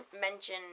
mention